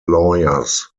lawyers